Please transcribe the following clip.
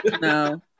No